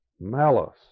malice